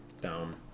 down